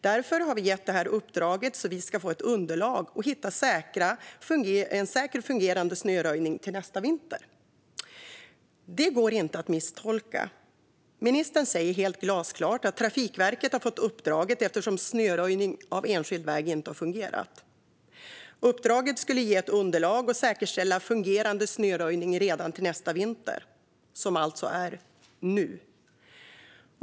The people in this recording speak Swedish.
Därför har vi gett det här uppdraget så att vi ska få ett underlag att hinna säkra fungerande snöröjning till nästa vinter. Detta går inte att misstolka. Ministern säger helt glasklart att Trafikverket har fått uppdraget eftersom snöröjning av enskild väg inte fungerat. Uppdraget skulle ge ett underlag och säkerställa fungerande snöröjning redan till nästa vinter - som alltså är nu.